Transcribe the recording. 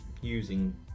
using